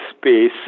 space